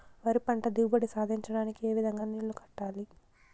వరి పంట దిగుబడి సాధించడానికి, ఏ విధంగా నీళ్లు కట్టాలి?